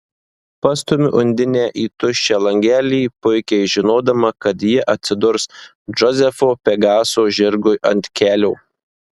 pastumiu undinę į tuščią langelį puikiai žinodama kad ji atsidurs džozefo pegaso žirgui ant kelio